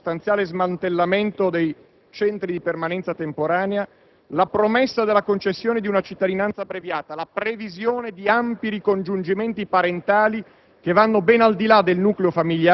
L'annuncio ripetuto di sostanziali sanatorie e di regolarizzazioni, la proposta del Ministro dell'interno che gli immigrati clandestini ricevano dallo Stato soldi per tornare nel loro Paese,